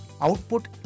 output